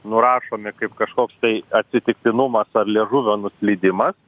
nurašomi kaip kažkoks tai atsitiktinumas ar liežuvio nuklydimas